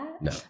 No